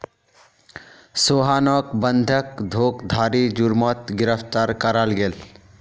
सोहानोक बंधक धोकधारी जुर्मोत गिरफ्तार कराल गेल